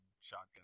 shotgun